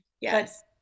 Yes